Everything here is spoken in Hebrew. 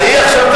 את תהיי עכשיו,